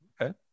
Okay